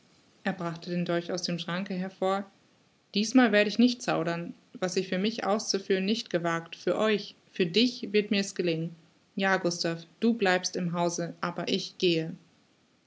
er brachte den dolch aus dem schranke hervor dießmal werd ich nicht zaudern was ich für mich auszuführen nicht gewagt für euch für dich wird mir's gelingen ja gustav du bleibst im hause aber ich gehe